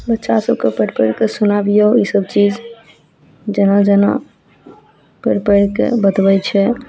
बच्चा सबके अपन पढ़ि कऽ सुनाबियौ ईसब चीज जेना जेना पढ़ि पढ़िके बतबय छै